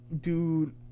Dude